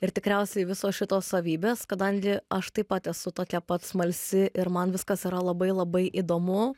ir tikriausiai visos šitos savybės kadangi aš taip pat esu tokia pat smalsi ir man viskas yra labai labai įdomu